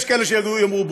יש כאלה שיאמרו ברוכות,